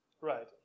Right